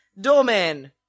doorman